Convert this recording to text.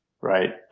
Right